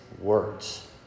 words